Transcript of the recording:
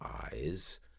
eyes